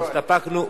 הסתפקנו,